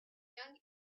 young